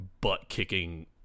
butt-kicking